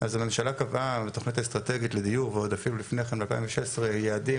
אז הממשלה קבעה בתוכנית האסטרטגית לדיון ועודפים לפני כן ב-2016 יעדים